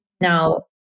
Now